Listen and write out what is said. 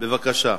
בבקשה.